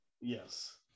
yes